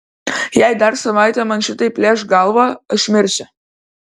jei dar savaitę man šitaip plėš galvą aš mirsiu